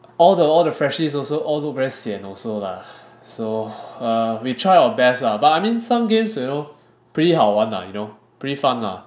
all the all the freshies also all look very sian also lah so uh we try our best lah but I mean some games you know pretty 好玩 lah you know pretty fun lah